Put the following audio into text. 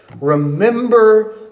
remember